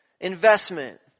investment